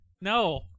No